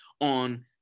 on